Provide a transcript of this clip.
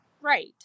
right